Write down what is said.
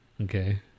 Okay